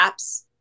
apps